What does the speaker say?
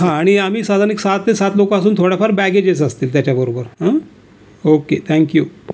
हां आणि आम्ही साधारण एक सहा ते सात लोकं असून थोड्याफार बॅगेजेस असतील त्याच्याबरोबर ओके थँक्यू